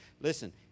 Listen